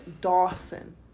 Dawson